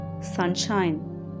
sunshine